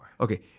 Okay